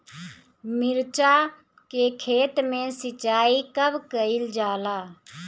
मिर्चा के खेत में सिचाई कब कइल जाला?